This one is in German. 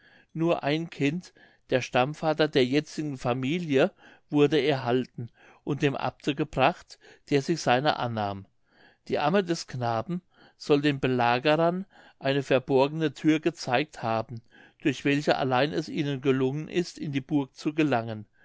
nur ein kind der stammvater der jetzigen familie wurde erhalten und dem abte gebracht der sich seiner annahm die amme des knaben soll den belagerern eine verborgene thür gezeigt haben durch welche allein es ihnen gelungen ist in die burg zu gelangen